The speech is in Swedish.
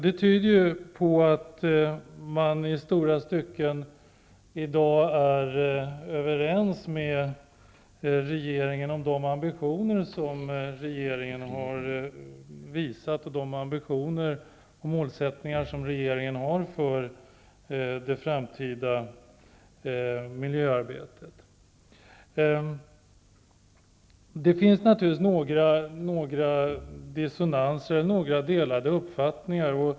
Det tyder på att man i stora stycken i dag är överens med regeringen om de ambitioner som regeringen har visat och de målsättningar som regeringen har för det framtida miljöarbetet. Det finns naturligtvis några dissonanser och delade uppfattningar.